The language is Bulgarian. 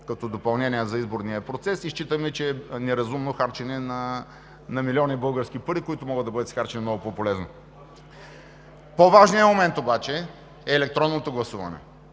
като допълнение за изборния процес. Считаме, че е неразумно харчене на милиони български пари, които могат да бъдат изхарчени много по-полезно. По-важният момент обаче е електронното гласуване.